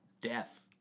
death